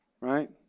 Right